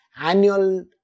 annual